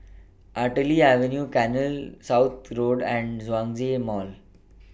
Artillery Avenue Canal South Road and Zhongshan Mall